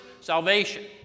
Salvation